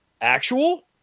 actual